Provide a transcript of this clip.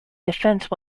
defense